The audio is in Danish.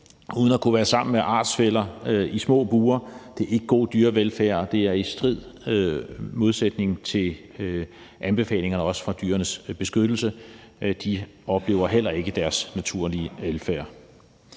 uden at kunne være sammen med artsfæller. Det er ikke god dyrevelfærd, og det er også i strid modsætning til anbefalingerne fra Dyrenes Beskyttelse. De udlever heller ikke deres naturlige adfærd.